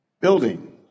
Building